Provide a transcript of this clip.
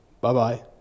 Bye-bye